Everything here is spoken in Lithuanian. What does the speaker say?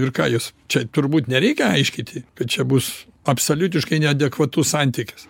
ir ką jūs čia turbūt nereikia aiškinti kad čia bus absoliutiškai neadekvatus santykis